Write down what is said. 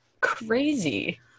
crazy